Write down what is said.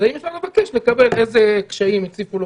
אז האם אפשר לבקש לקבל איזה קשיים הציפו לו